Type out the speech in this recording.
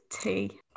tea